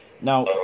Now